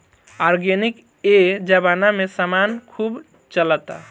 organic ए जबाना में समान खूब चलता